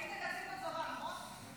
היית קצין בצבא, נכון?